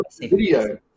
video